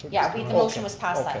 yeah the motion was passed that